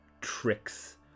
tricks